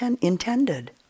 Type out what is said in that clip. intended